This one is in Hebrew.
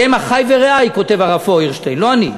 שהם אחי ורעי" כותב הרב פיירשטיין, לא אני,